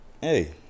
hey